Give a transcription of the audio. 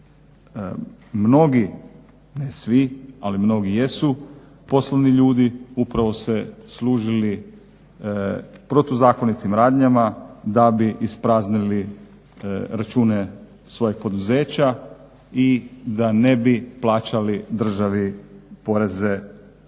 mnogi, ne svi, ali mnogi jesu poslovni ljudi upravo se služili protuzakonitim radnjama da bi ispraznili račune svojeg poduzeća i da ne bi plaćali državi poreze i